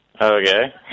Okay